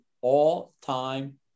all-time